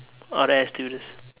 or air stewardess